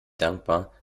dankbar